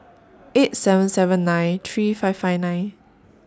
eight seven seven nine three five five nine